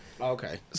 Okay